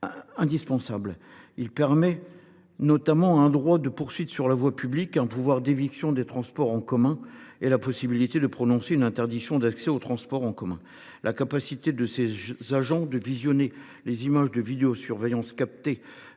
prévoit notamment un droit de poursuite sur la voie publique, un pouvoir d’éviction des transports en commun et la possibilité de prononcer une interdiction d’accès à ces transports. La capacité des agents de visionner les images de vidéosurveillance captées